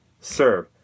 serve